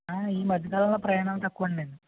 ఆయ్ ఈ మధ్యకాలంలో ప్రయాణాలు తక్కువండి